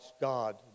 God